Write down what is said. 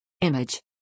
Image